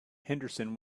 henderson